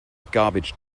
garbage